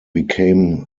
became